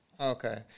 Okay